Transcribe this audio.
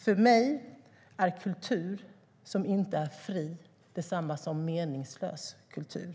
För mig är kultur som inte är fri detsamma som meningslös kultur.